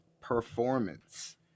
performance